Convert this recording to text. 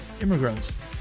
immigrants